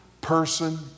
person